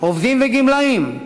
עובדים וגמלאים.